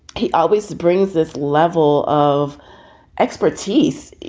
he always brings this level of expertise,